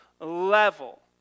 level